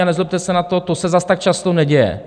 A nezlobte se, to se zas tak často neděje.